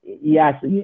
Yes